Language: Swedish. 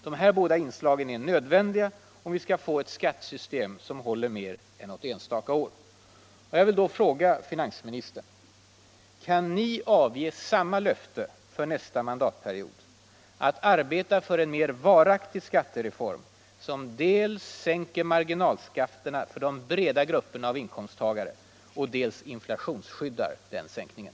De här båda inslagen är nödvändiga, om vi skall få ett skattesystem som håller mer än något enstaka år. Jag vill då fråga finansministern: Kan ni avge samma löfte för nästa mandatperiod, nämligen att arbeta för en mer varaktig skattereform som dels sänker marginalskatterna för de breda grupperna av inkomsttagare, dels inflationsskyddar den sänkningen?